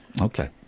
Okay